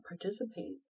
participate